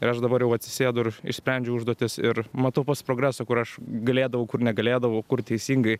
ir aš dabar jau atsisėdu ir išsprendžiu užduotis ir matau pats progresą kur aš galėdavau kur negalėdavau kur teisingai